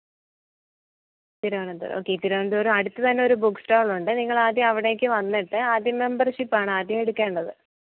തിരുവനന്ത ഓക്കെ തിരുവനന്തപുരം അടുത്തു തന്നെ ഒരു ബുക്ക് സ്റ്റാളുണ്ട് നിങ്ങളാദ്യം അവിടേക്കു വന്നിട്ട് ആദ്യം മെമ്പർഷിപ്പാണാദ്യമെടുക്കേണ്ടത്